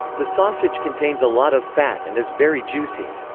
the sausage contains a lot of fat and is very juicy.